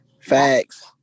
Facts